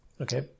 Okay